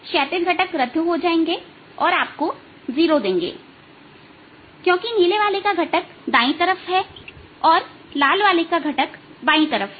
क्षैतिज घटक रद्द हो जाएंगे और आपको 0 देंगे क्योंकि नीले वाले का घटक दाई तरफ है और लाल वाले के घटक बाई तरफ है